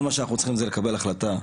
כל מה שאנחנו צריכים זה לקבל החלטה.